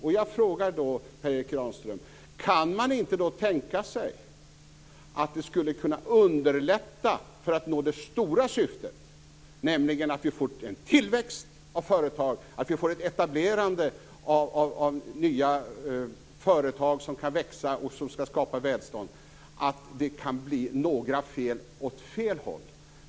Och jag frågar då, Per Erik Granström: Kan man inte tänka sig att det skulle kunna underlätta för att nå det stora syftet, nämligen att vi får en tillväxt av företag och ett etablerande av nya företag som kan växa och skapa välstånd, och att det därför kan få bli några fel åt fel håll?